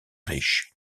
riches